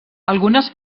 algunes